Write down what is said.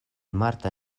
marta